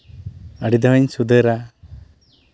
ᱟᱹᱰᱤ ᱫᱷᱟᱣ ᱤᱧ ᱥᱩᱫᱷᱟᱹᱨᱟ